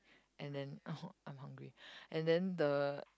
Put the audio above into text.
and then oh I'm hungry and then the